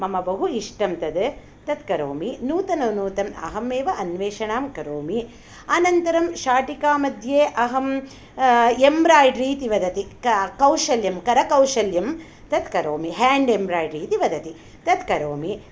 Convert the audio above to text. मम बहु इष्टं तद् तत् करोमि नूतननूतनम् अहं एव अन्वेषणं करोमि अनन्तरं शाटिकामध्ये अहं एम्ब्रायिड्रि इति वदति कौशल्यं करकौशल्यं तत् करोमि हेण्ड् एम्ब्रायिड्रि इति वदति तत् करोमि